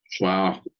Wow